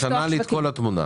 את משנה לי את כל התמונה.